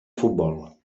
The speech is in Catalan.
futbol